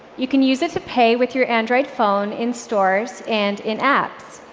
you can use it to pay with your android phone in stores and in apps.